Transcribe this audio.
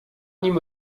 nim